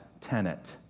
tenet